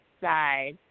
side